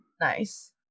Nice